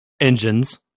engines